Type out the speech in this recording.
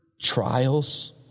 trials